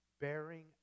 bearing